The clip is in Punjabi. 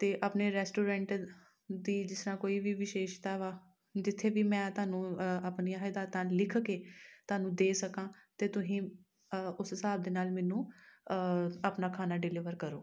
ਅਤੇ ਆਪਣੇ ਰੈਸਟੋਰੈਂਟ ਦੀ ਜਿਸ ਤਰ੍ਹਾਂ ਕੋਈ ਵੀ ਵਿਸ਼ੇਸ਼ਤਾ ਵਾ ਜਿੱਥੇ ਵੀ ਮੈਂ ਤੁਹਾਨੂੰ ਆਪਣੀਆਂ ਹਦਾਇਤਾਂ ਲਿਖ ਕੇ ਤੁਹਾਨੂੰ ਦੇ ਸਕਾਂ ਅਤੇ ਤੁਸੀਂ ਉਸ ਹਿਸਾਬ ਦੇ ਨਾਲ ਮੈਨੂੰ ਆਪਣਾ ਖਾਣਾ ਡਿਲੀਵਰ ਕਰੋ